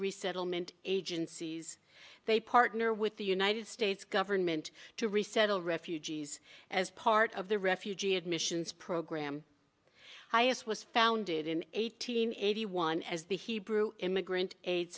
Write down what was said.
resettlement agencies they partner with the united states government to resettle refugees as part of the refugee admissions program hyas was founded in eighteen eighty one as the hebrew immigrant aid